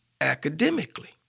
academically